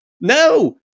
No